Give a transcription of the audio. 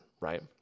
Right